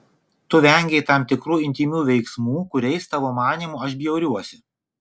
tu vengei tam tikrų intymių veiksmų kuriais tavo manymu aš bjauriuosi